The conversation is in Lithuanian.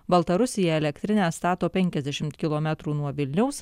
baltarusija elektrinę stato penkiasdešimt kilometrų nuo vilniaus